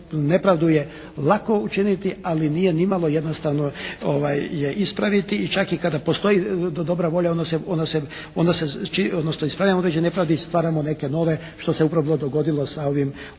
nepravdu je lako učiniti ali nije nimalo jednostavno je ispraviti. I čak i kada postoji dobra volja onda se odnosno ispravljamo određene nepravde stvaramo neke nove što se upravo bilo dogodilo sa ovim